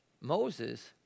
Moses